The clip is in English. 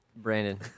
Brandon